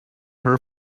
her